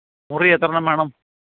മുറിയെത്രണ്ണം വേണം